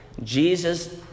Jesus